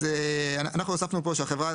אז אנחנו הוספנו פה שהחברה